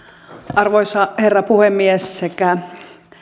arvoisa herra puhemies sekä